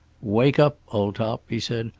wake up, old top, he said.